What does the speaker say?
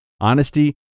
Honesty